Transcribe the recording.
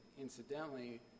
incidentally